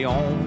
on